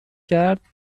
کرد